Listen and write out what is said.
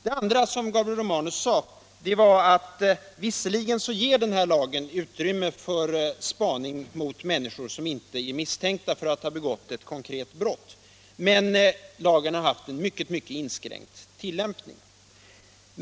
Det andra var att lagen visserligen ger utrymme för spaning mot människor som inte är misstänkta för att ha begått ett konkret brott, men lagen har haft en mycket inskränkt tillämpning.